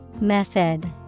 Method